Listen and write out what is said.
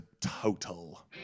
Total